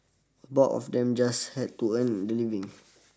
bulk of them just had to earn the living